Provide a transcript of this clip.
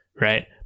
right